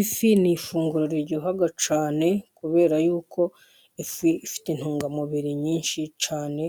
Ifi ni ifunguro riryoha cyane, kubera yuko ifi ifite intungamubiri nyinshi cyane,